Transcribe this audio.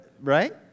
Right